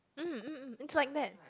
mm mm mm it's like that